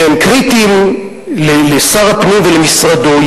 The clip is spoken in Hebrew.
שהם קריטיים לשר הפנים ולמשרדו,